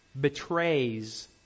betrays